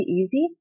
easy